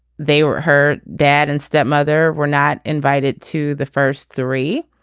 they were her dad and stepmother were not invited to the first three.